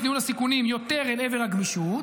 ניהול הסיכונים יותר אל עבר הגמישות,